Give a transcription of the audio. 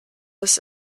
bis